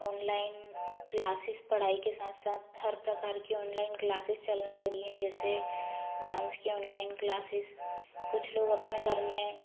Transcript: online classes पढ़ाई के साथ साथ हर प्रकार के ओनलाइन क्लासेज चलने लगे हैं जैसे डांस की ओनलाइन क्लासेज कुछ लोग अपने घर में